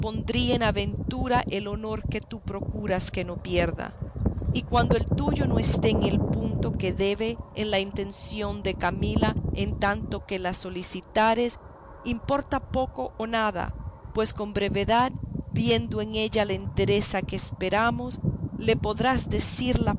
pondría en aventura el honor que tú procuras que no pierda y cuando el tuyo no esté en el punto que debe en la intención de camila en tanto que la solicitares importa poco o nada pues con brevedad viendo en ella la entereza que esperamos le podrás decir la